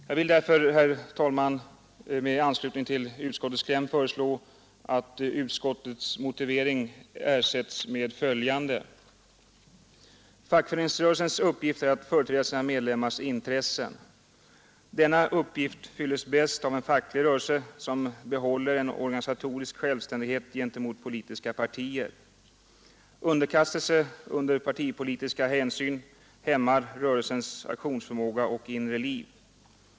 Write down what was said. Jag vill därför, herr talman, med anslutning till ts med följande: utskottets kläm föreslå att utskottets motivering ersä Fackföreningsrörelsens uppgift är att företrä a sina medlemmars intressen. Denna uppgift fylles bäst av en facklig rörelse som behåller en organisatorisk självständighet gentemot politiska partier. Underkastelse under partipolitiska hänsyn hämmar rörelsens aktionsförmåga och inre liv.